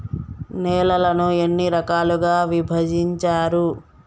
నేలలను ఎన్ని రకాలుగా విభజించారు?